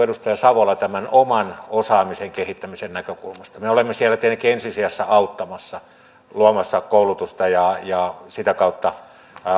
edustaja savola tämän oman osaamisen kehittämisen näkökulmasta mehän olemme siellä tietenkin ensi sijassa auttamassa luomassa koulutusta ja ja sitä kautta